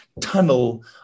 tunnel